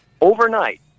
overnight